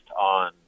on